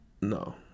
No